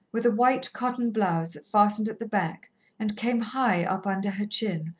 with a white cotton blouse that fastened at the back and came high up under her chin,